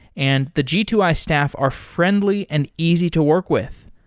and the g two i staff are friendly and easy to work with.